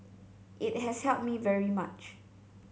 it has helped me very much